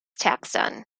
taxon